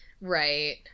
right